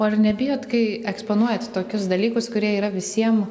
o ar nebijot kai eksponuojat tokius dalykus kurie yra visiem